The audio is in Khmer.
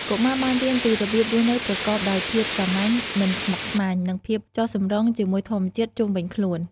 កុមារបានរៀនពីរបៀបរស់នៅប្រកបដោយភាពសាមញ្ញ មិនស្មុគស្មាញ និង ភាពចុះសម្រុងជាមួយធម្មជាតិ ជុំវិញខ្លួន។